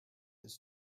his